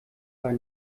bei